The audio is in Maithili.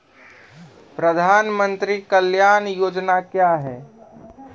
प्रधानमंत्री कल्याण योजना क्या हैं?